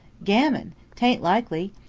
gammon! tain't likely.